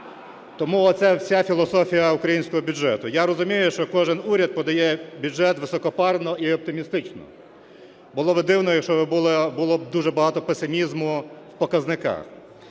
Тому оце вся філософія українського бюджету. Я розумію, що кожен уряд подає бюджет високопарно і оптимістично. Було би дивно, якщо було б дуже багато песимізму в показниках.